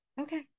okay